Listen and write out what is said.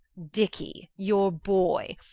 dickie, your boy,